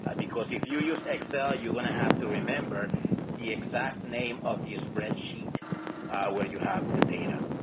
ah because if you use excel you're going to have to remember the exact name of the spreadsheet where you have the data.